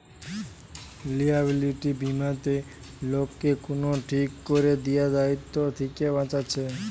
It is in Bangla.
লিয়াবিলিটি বীমাতে লোককে কুনো ঠিক কোরে দিয়া দায়িত্ব থিকে বাঁচাচ্ছে